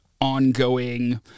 ongoing